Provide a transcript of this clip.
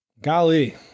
Golly